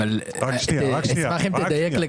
אשמח אם תדייק.